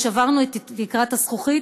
ושברנו את תקרת הזכוכית.